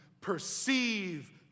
perceive